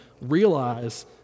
realize